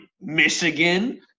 Michigan